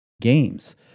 games